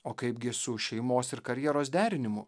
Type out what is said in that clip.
o kaipgi su šeimos ir karjeros derinimu